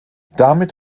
damit